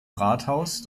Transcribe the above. rathaus